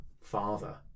father